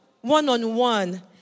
one-on-one